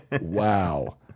Wow